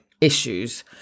issues